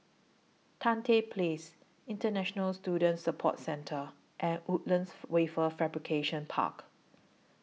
Tan Tye Place International Student Support Centre and Woodlands Wafer Fabrication Park